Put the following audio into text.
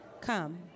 Come